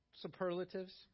superlatives